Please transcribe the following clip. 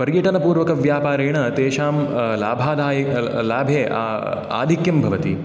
पर्यटनपूर्वकव्यापारेण तेषां लाभादायि लाभे आधिक्यं भवति